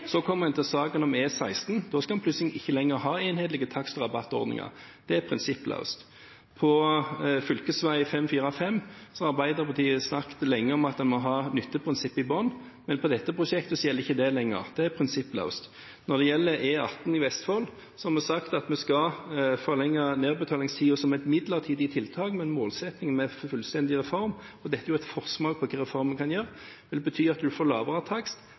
Så kommer en til saken om E16. Da skal en plutselig ikke lenger ha enhetlige takst- og rabattordninger. Det er prinsippløst. For fv. 545 har Arbeiderpartiet snakket lenge om at en må ha nytteprinsippet i bunnen, men på dette prosjektet gjelder ikke det lenger. Det er prinsippløst. Når det gjelder E18 i Vestfold, har vi sagt at vi skal forlenge nedbetalingstiden som et midlertidig tiltak, med en målsetting om en fullstendig reform. Dette er en forsmak på hva reformen kan gjøre: Det vil bety at en vil få lavere takst,